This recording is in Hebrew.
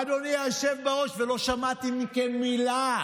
אדוני היושב בראש, לא שמעתי מכם מילה,